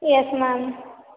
yes ma'am